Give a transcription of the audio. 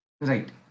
Right